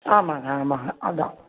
ஆமாங்க ஆமாங்க அதுதான்